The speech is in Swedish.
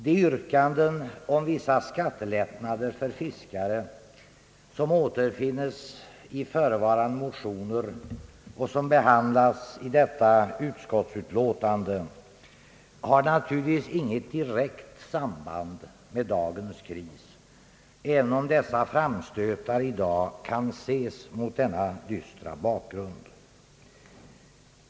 De yrkanden om vissa skattelättnader för fiskare som återfinns i förevarande motioner och som behandlas i detta utskottsutlåtande har naturligtvis inte något direkt samband med dagens kris, även om dessa framstötar i dag kan ses mot denna dystra bakgrund.